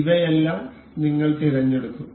ഇവയെല്ലാം നിങ്ങൾ തിരഞ്ഞെടുക്കും